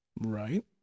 Right